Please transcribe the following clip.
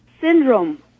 Syndrome